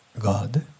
God